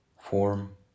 form